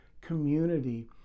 community